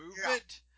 movement